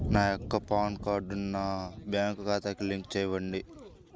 నా యొక్క పాన్ కార్డ్ని నా బ్యాంక్ ఖాతాకి లింక్ చెయ్యండి?